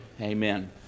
Amen